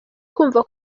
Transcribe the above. kumva